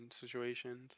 situations